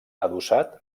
adossat